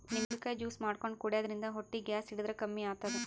ನಿಂಬಿಕಾಯಿ ಜ್ಯೂಸ್ ಮಾಡ್ಕೊಂಡ್ ಕುಡ್ಯದ್ರಿನ್ದ ಹೊಟ್ಟಿ ಗ್ಯಾಸ್ ಹಿಡದ್ರ್ ಕಮ್ಮಿ ಆತದ್